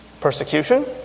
Persecution